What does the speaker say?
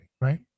right